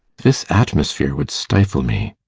this atmosphere would stifle me.